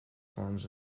forms